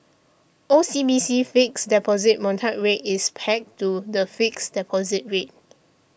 O C B C Fixed Deposit Mortgage Rate is pegged to the fixed deposit rate